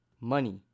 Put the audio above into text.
money